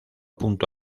punto